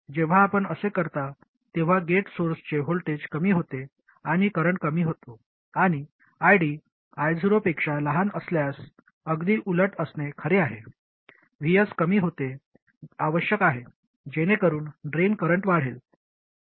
जेव्हा आपण असे करता तेव्हा गेट सोर्सचे व्होल्टेज कमी होते आणि करंट कमी होतो आणि ID I0 पेक्षा लहान असल्यास अगदी उलट असणे खरे आहे Vs कमी होणे आवश्यक आहे जेणेकरून ड्रेन करंट वाढेल